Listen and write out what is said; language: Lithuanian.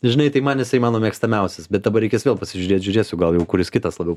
žinai tai man jisai mano mėgstamiausias bet dabar reikės vėl pasižiūrėt žiūrėsiu gal jau kuris kitas labiau